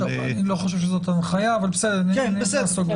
אני לא חושב שזו הנחיה אבל בסדר, נעסוק בזה.